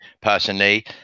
personally